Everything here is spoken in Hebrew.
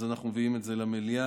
אז אנחנו מביאים את זה למליאה,